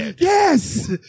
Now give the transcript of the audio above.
yes